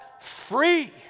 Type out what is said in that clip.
free